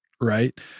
right